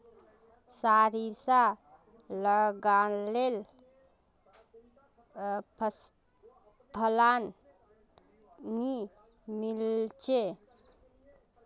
सारिसा लगाले फलान नि मीलचे?